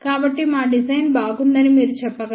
కాబట్టి మా డిజైన్ బాగుందని మీరు చెప్పగలరు